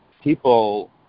people